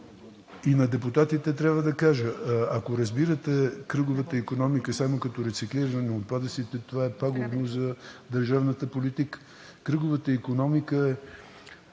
и на депутатите трябва да кажа: ако разбирате кръговата икономика само като рециклиране на отпадъците, това е пагубно за държавната политика. Кръговата икономика е